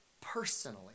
personally